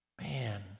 man